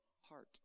heart